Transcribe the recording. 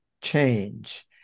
change